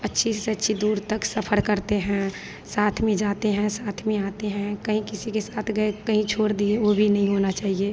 अच्छे से अच्छे दूर तक सफ़र करते हैं साथ में जाते हैं साथ में आते हैं कहीं किसी के साथ गए कहीं छोड़ दिए वह भी नहीं होना चाहिए